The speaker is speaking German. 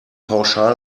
pauschal